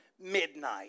midnight